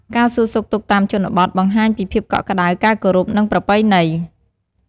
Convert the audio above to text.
ការសួរសុខទុក្ខតាមជនបទ បង្ហាញពីភាពកក់ក្តៅ ការគោរព និងប្រពៃណី។